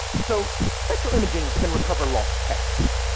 so, spectral imaging can recover lost texts.